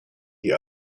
die